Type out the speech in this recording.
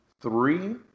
three